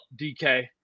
DK